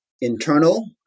internal